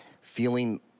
feeling